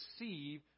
receive